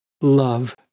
love